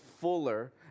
Fuller